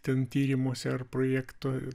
ten tyrimuose ar projekto